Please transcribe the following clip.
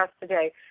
today